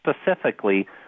specifically